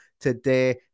today